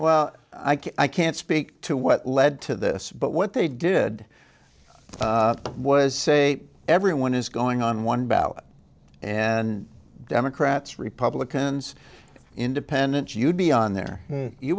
well i can't speak to what led to this but what they did it was say everyone is going on one ballot and democrats republicans independents you'd be on there you